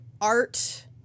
art